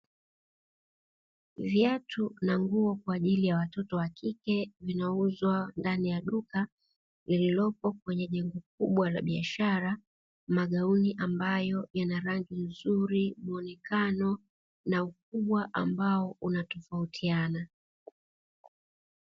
Viatu na nguo kwa ajili ya watoto wa kike vinauzwa ndani ya duka lililopo kwenye jengo kubwa la biashara, magauni ambayo yana rangi nzuri muonekano na ukubwa ambao unatofautiana.